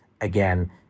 again